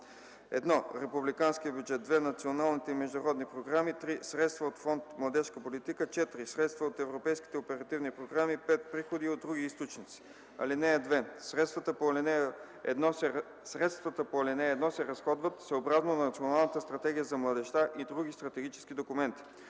от: 1. Републиканския бюджет; 2. Националните и международни програми; 3. Средства от „Фонд младежка политика”; 4. Средства от Европейските оперативни програми; 5. Приходи от други източници. (2) Средствата по ал. 1 се разходват съобразно Националната стратегия за младежта и други стратегически документи.